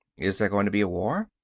is there going to be a war?